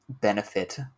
benefit